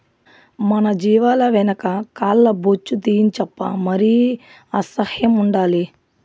మన జీవాల వెనక కాల్ల బొచ్చు తీయించప్పా మరి అసహ్యం ఉండాలి